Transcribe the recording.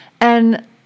And-